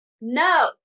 No